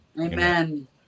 amen